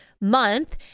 month